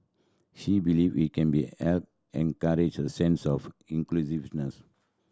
she believe it can be help encourage a sense of inclusiveness